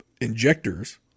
injectors